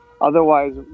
Otherwise